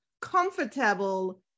comfortable